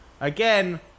Again